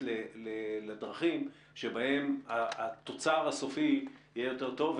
לדרכים שבהן התוצר הסופי יהיה יותר טוב,